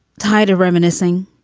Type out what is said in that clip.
tired of reminiscing.